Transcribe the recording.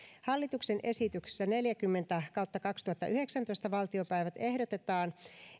hallituksen esityksessä neljäkymmentä kautta kaksituhattayhdeksäntoista valtiopäivät ehdotetaan